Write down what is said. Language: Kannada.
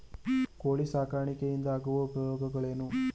ಕೋಳಿ ಸಾಕಾಣಿಕೆಯಿಂದ ಆಗುವ ಉಪಯೋಗಗಳೇನು?